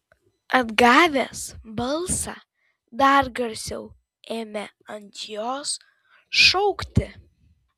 atgavęs balsą dar garsiau ėmė ant jos šaukti